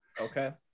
Okay